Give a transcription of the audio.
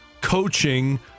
coaching